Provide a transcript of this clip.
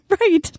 right